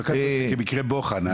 --- כמקרה בוחן.